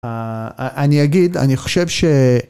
אני אגיד, אני חושב ש...